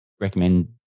recommend